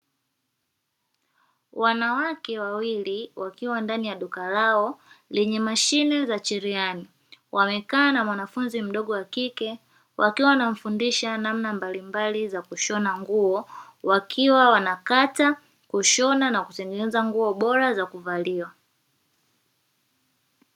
Wanawake wawili wakiwa ndani ya duka lao lenye mashine za cherehani, wamekaa na mwanafunzi mdogo wakike wakiwa wanamfundisha namna mbalimbali za kushona nguo, wakiwa wanakata, kushona na kutengeneza nguo bora za kuvaliwa.